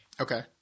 Okay